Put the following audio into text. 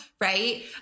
right